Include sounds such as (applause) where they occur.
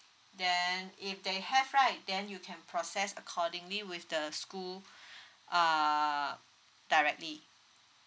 then if they have right then you can process accordingly with the school (breath) uh directly